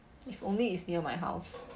if only it's near my house